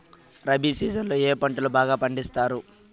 rabi season లో ఏ పంటలు బాగా పండిస్తారు